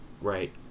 Right